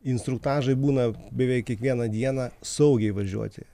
instruktažai būna beveik kiekvieną dieną saugiai važiuoti